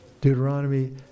Deuteronomy